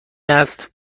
است